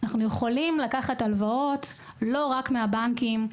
אנחנו יכולים לקחת הלוואות לא רק מהבנקים.